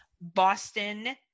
Boston